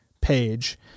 page